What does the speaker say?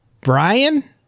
Brian